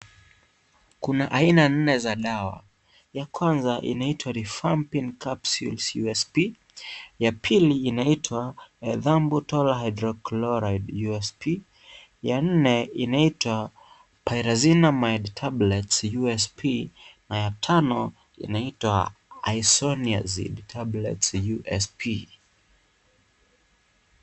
Kuna aina nne za dawa ya kwanza inaitwa Rifampin capsules usp ya pili inaitwa Ethambutol hydrochrolide usp ya nne inaitwa pyrazinamide tablets usp na ya tano inaitwa Isoniazid tablets usp.